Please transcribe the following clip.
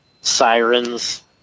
sirens